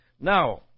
Now